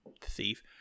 thief